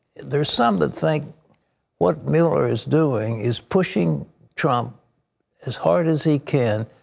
there are some that think what mueller is doing is pushing trump as hard as he can,